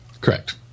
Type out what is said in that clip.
Correct